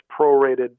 prorated